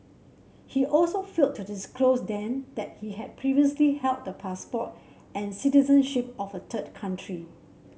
he also failed to disclose then that he had previously held the passport and citizenship of a third country